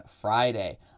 Friday